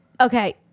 Okay